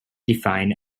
define